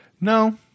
no